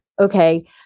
okay